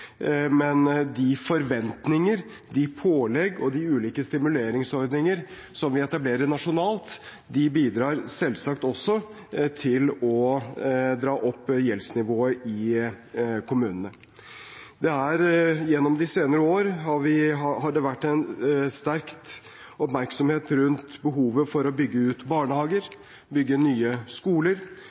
men de forventninger, de pålegg og de ulike stimuleringsordninger som vi etablerer nasjonalt, bidrar selvsagt også til å dra opp gjeldsnivået i kommunene. Gjennom de senere år har det vært en sterk oppmerksomhet rundt behovet for å bygge ut barnehager, bygge nye skoler,